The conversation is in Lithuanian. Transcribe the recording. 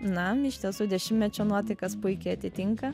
na iš tiesų dešimtmečio nuotaikas puikiai atitinka